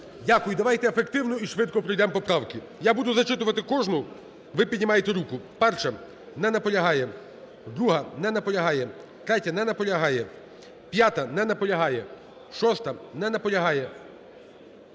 Дякую. Давайте ефективно і швидко пройдемо поправки. Я буду зачитувати кожну, ви піднімайте руку. 1-а. Не наполягає. 2-а. Не наполягає. 3-я. Не наполягає. 5-а. Не наполягає. 6-а. Не наполягає.